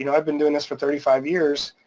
you know i've been doing this for thirty five years,